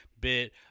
bit